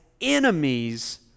enemies